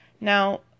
Now